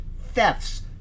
thefts